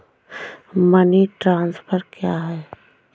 Money transfer क्या है?